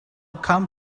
come